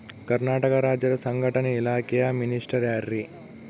ಕರ್ನಾಟಕ ರಾಜ್ಯದ ಸಂಘಟನೆ ಇಲಾಖೆಯ ಮಿನಿಸ್ಟರ್ ಯಾರ್ರಿ?